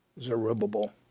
Zerubbabel